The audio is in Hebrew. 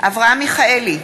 אברהם מיכאלי,